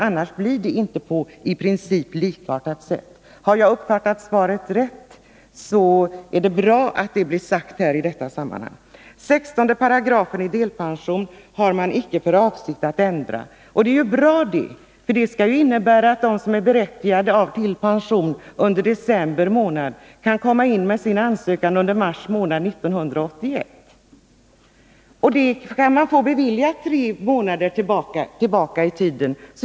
Annars kan vi inte tala om något ”i princip likartat sätt”. Har jag uppfattat svaret rätt, är det bra att detta blir sagt i det här sammanhanget. 116 § har man icke för avsikt att ändra. Det är bra, för det innebär ju att de som är berättigade till delpension under december månad kan lämna in sin ansökan under mars månad 1981 och beviljas pension för tre månader tillbaka i tiden.